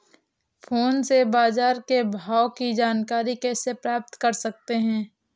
Phone से बाजार के भाव की जानकारी कैसे प्राप्त कर सकते हैं?